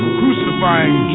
crucifying